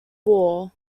war